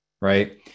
right